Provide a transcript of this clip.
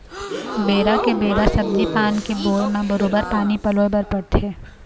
बेरा के बेरा सब्जी पान के बोए म बरोबर पानी पलोय बर परथे